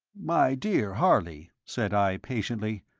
my dear harley, said i, patiently,